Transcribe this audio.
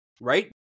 right